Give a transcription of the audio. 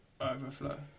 overflow